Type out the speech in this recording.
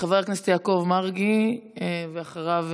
חבר הכנסת יעקב מרגי, ואחריו,